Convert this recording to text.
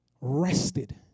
rested